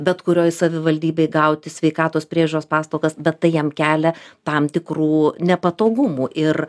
bet kurioj savivaldybėj gauti sveikatos priežiūros paslaugas bet tai jam kelia tam tikrų nepatogumų ir